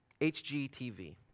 HGTV